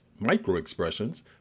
microexpressions